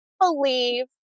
believe